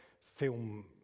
film